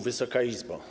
Wysoka Izbo!